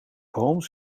holmes